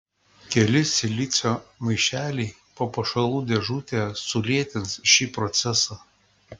keli silicio maišeliai papuošalų dėžutėje sulėtins šį procesą